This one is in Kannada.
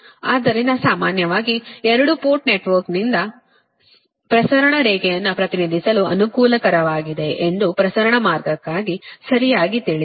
ಆದ್ದರಿಂದ ಸಾಮಾನ್ಯವಾಗಿ ಎರಡು ಪೋರ್ಟ್ ನೆಟ್ವರ್ಕ್ನಿಂದ ಪ್ರಸರಣ ರೇಖೆಯನ್ನು ಪ್ರತಿನಿಧಿಸಲು ಅನುಕೂಲಕರವಾಗಿದೆ ಎಂದು ಪ್ರಸರಣ ಮಾರ್ಗಕ್ಕಾಗಿ ಸರಿಯಾಗಿ ತಿಳಿದಿದೆ